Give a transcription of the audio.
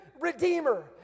redeemer